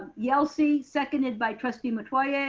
yelsey seconded by trustee metoyer. yeah